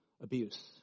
abuse